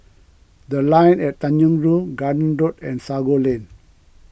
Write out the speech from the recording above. the Line At Tanjong Rhu Garden Road and Sago Lane